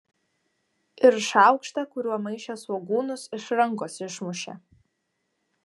ir šaukštą kuriuo maišė svogūnus iš rankos išmušė